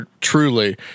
truly